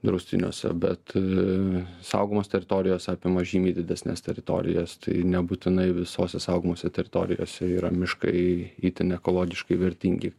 draustiniuose bet saugomos teritorijos apima žymiai didesnes teritorijas tai nebūtinai visose saugomose teritorijose yra miškai itin ekologiškai vertingi